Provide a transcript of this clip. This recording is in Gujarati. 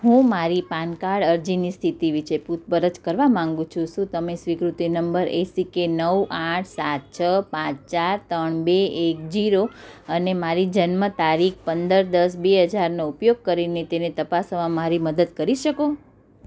હું મારી પાન કાર્ડ અરજીની સ્થિતિ વિશે પૂછપરછ કરવા માગું છું શું તમે સ્વીકૃતિ નંબર એસીકે નવ આઠ સાત છ પાંચ ચાર ત્રણ બે એક જીરો અને મારી જન્મ તારીખ પંદર દસ બે હજારનો ઉપયોગ કરીને તેને તપાસવામાં મારી મદદ કરી શકો